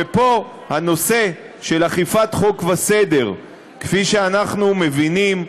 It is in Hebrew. ופה הנושא של אכיפת חוק וסדר, כפי שאנחנו מבינים,